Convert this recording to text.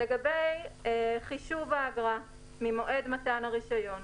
לגבי חישוב האגרה ממועד מתן הרישיון,